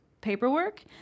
paperwork